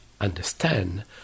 understand